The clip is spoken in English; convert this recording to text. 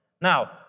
Now